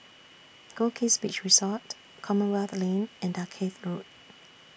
Goldkist Beach Resort Commonwealth Lane and Dalkeith Road